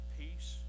peace